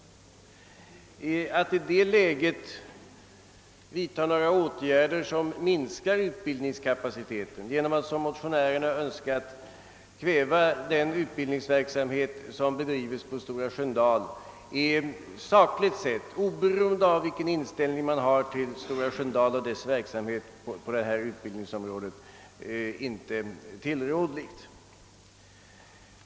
Att i det läget vidta åtgärder som minskar utbildningskapaciteten genom att som motionärerna önskat kväva den utbildningsverksamhet som bedrives på Stora Sköndal är sakligt sett, oberoende av vilken inställning man har till Stora Sköndal och till dess verksamhet på detta utbildningsområde, inte tillrådligt.